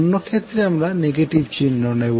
অন্য ক্ষেত্রে আমরা নেগেটিভ চিহ্ন নেব